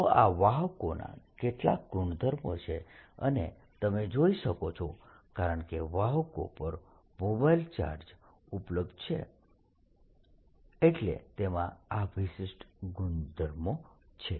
તો આ વાહકોના કેટલાક ગુણધર્મો છે અને તમે જોઈ શકો છો કારણ કે વાહકો પર મોબાઇલ ચાર્જ ઉપલબ્ધ છે એટલે તેમાં આ વિશિષ્ટ ગુણધર્મો છે